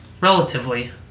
relatively